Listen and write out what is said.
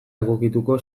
egokituko